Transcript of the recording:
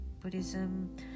Buddhism